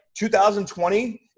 2020